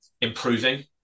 improving